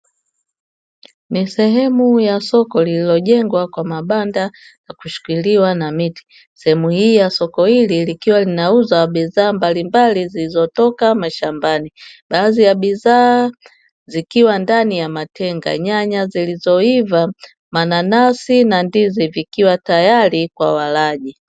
Ni sehemu ya soko lililojengwa kwa mabanda na kushikiliwa na miti sehemu hii ya soko hili likiwa linauza bidhaa mbalimbali zilizotoka mashambani, baadhi ya bidhaa zikiwa ndani ya matenga nyanya zilizoiva mananasi na ndizi vikiwa tayari kwa walaji.